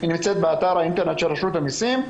היא נמצאת באתר האינטרנט של רשות המיסים.